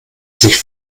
sich